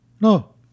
No